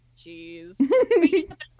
jeez